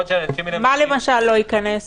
מה למשל לא ייכנס?